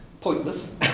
Pointless